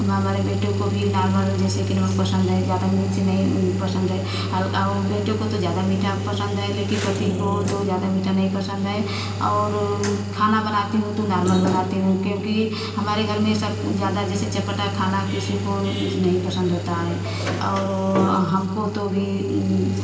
हमारे बेटे को भी नॉर्मल जैसे कि नमक पसन्द है ज़्यादा मिर्च नहीं पसन्द है और बेटे को तो ज़्यादा मीठा पसन्द है लेकिन पति को तो ज़्यादा मीठा नहीं पसन्द है और खाना बनाती हूँ तो नॉर्मल बनाती हूँ क्योंकि हमारे घर में सब ज़्यादा जैसे चटपटा खाना किसी को नहीं पसन्द होता है और हमको तो भी